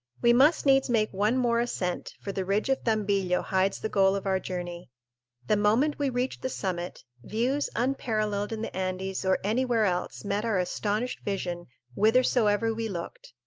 we must needs make one more ascent, for the ridge of tambillo hides the goal of our journey the moment we reached the summit, views unparalleled in the andes or any where else met our astonished vision whithersoever we looked.